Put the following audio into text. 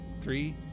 Three